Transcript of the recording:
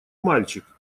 мальчик